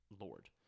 lord